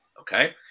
Okay